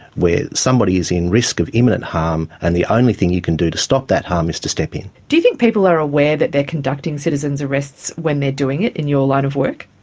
where somebody is in risk of imminent harm and the only thing you can do to stop that harm is to step in. do you think that people are aware that they are conducting citizen's arrests when they are doing it, in your line of work?